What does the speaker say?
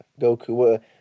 Goku